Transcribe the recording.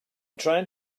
trying